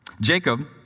Jacob